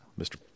Mr